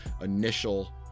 initial